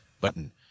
Button